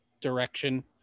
direction